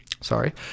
sorry